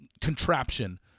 contraption